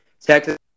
Texas